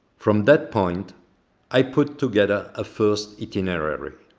from that point i put together a first itinerary,